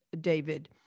David